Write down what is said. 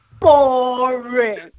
Boring